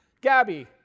Gabby